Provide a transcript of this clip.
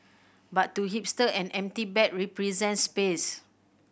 but to hipster an empty bag represents space